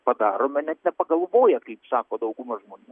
padaroma net nepagalvoję kaip sako dauguma žmonių